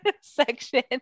section